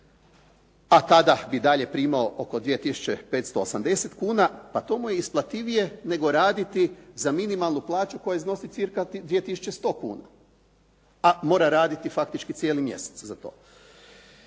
a tada bi dalje primao oko 2580 kn pa to mu je isplativije nego raditi za minimalnu plaću koja iznosi cca 2100 kn, a mora raditi faktički cijeli mjesec za to.